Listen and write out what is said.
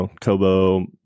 Kobo